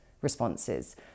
responses